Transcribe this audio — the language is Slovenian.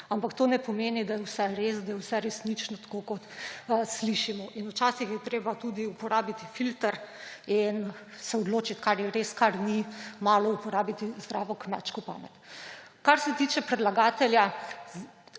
da je vse res, da je vse resnično, tako kot slišimo. In včasih je treba tudi uporabiti filter in se odločiti, kaj je res, kaj ni, malo uporabiti zdravo kmečko pamet. Kar se tiče predlagatelja,